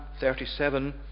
37